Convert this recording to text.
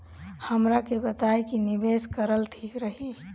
हमरा के बताई की निवेश करल ठीक रही?